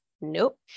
Nope